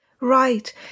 Right